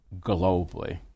globally